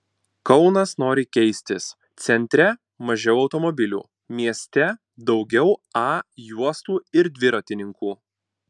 kaunas nori keistis centre mažiau automobilių mieste daugiau a juostų ir dviratininkų